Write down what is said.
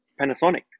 Panasonic